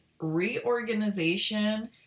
reorganization